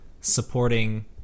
supporting